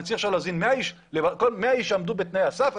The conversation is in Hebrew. אני צריך להזמין עכשיו לוועדת המכרזים 100 אנשים שעמדו בתנאי הסף.